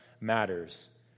matters